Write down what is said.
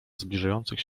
zbliżających